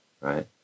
right